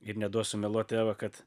ir neduos sumeluot eva kad